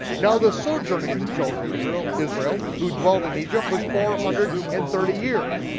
now the sojourning of the children of israel israel who dwelled in egypt, was four hundred and thirty years.